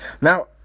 Now